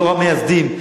דור המייסדים,